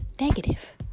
negative